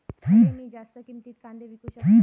खडे मी जास्त किमतीत कांदे विकू शकतय?